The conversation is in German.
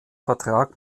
vertrag